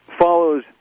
follows